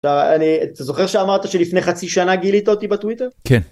אני זוכר שאמרת שלפני חצי שנה גילית אותי בטוויטר? כן.